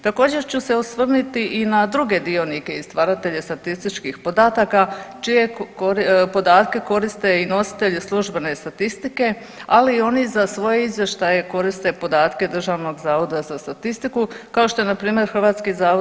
Također ću se osvrnuti i na druge dionike i stvaratelje statističkih podataka čije podatke koriste i nositelji službene statistike, ali i oni za svoje izvještaje koriste podatke Državnog zavoda za statistiku kao što je npr. HZZ.